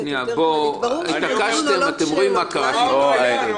הקושי נובע בהוכחה.